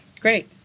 great